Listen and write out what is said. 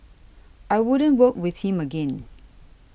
I wouldn't work with him again